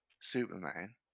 Superman